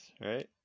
right